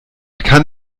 kann